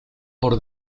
por